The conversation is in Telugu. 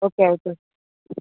ఓకే అవుతుంది